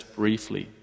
briefly